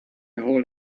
hole